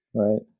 Right